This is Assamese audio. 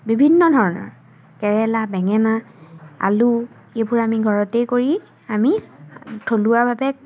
বিভিন্ন ধৰণৰ কেৰেলা বেঙেনা আলু এইবোৰ আমি ঘৰতেই কৰি আমি থলুৱাভাৱে